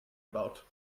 about